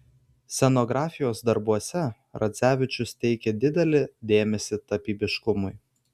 scenografijos darbuose radzevičius teikė didelį dėmesį tapybiškumui